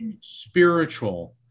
spiritual